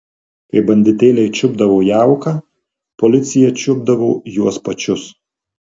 kai banditėliai čiupdavo jauką policija čiupdavo juos pačius